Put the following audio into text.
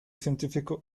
científico